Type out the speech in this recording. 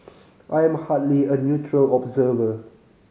I am hardly a neutral observer